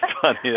funny